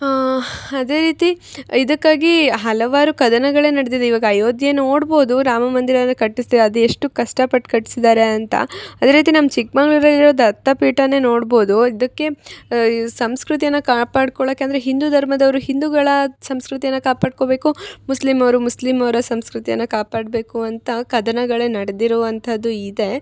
ಹಾಂ ಅದೇ ರೀತಿ ಇದಕ್ಕಾಗಿ ಹಲವಾರು ಕದನಗಳೆ ನಡ್ದಿದೆ ಇವಾಗ ಅಯೋಧ್ಯೆ ನೋಡ್ಬೋದು ರಾಮ ಮಂದಿರನ ಕಟ್ಟಸ್ದೆ ಅದು ಎಷ್ಟು ಕಸ್ಟಪಟ್ಟು ಕಟ್ಸಿದ್ದಾರೆ ಅಂತ ಅದೆ ರೀತಿ ನಮ್ಮ ಚಿಕ್ಕಮಂಗ್ಳೂರಲ್ಲಿರೊ ದತ್ತ ಪೀಠನೆ ನೋಡ್ಬೋದು ಇದಕ್ಕೆ ಈ ಸಂಸ್ಕೃತಿಯನ ಕಾಪಾಡ್ಕೊಳಕೆ ಅಂದರೆ ಹಿಂದು ಧರ್ಮದವ್ರು ಹಿಂದುಗಳಾ ಸಂಸ್ಕೃತಿಯನ್ನ ಕಾಪಾಡ್ಕೊಬೇಕು ಮುಸ್ಲಿಮ್ ಅವರು ಮುಸ್ಲಿಮ್ ಅವರ ಸಂಸ್ಕೃತಿಯನ ಕಾಪಾಡಬೇಕು ಅಂತ ಕದನಗಳೆ ನಡ್ದಿರುವಂಥದ್ದು ಇದೇ